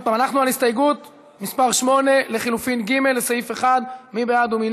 5, לסעיף 1. מי בעד ומי